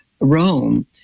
Rome